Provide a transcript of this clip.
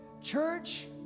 Church